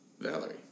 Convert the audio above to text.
Valerie